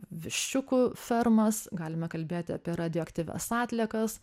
viščiukų fermas galime kalbėti apie radioaktyvias atliekas